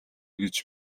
гэж